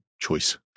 choice